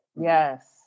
Yes